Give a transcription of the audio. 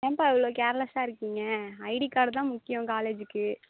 ஏன்பா இவ்வளோ கேர்லஸ்சாகருக்கீங்க ஐடி கார்டு தான் முக்கியம் காலேஜுக்கு